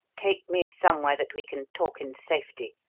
take me somewhere that we can talk in safety,